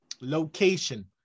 location